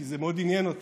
כי זה מאוד עניין אותי.